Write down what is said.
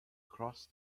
cross